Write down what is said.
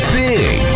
big